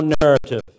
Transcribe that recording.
narrative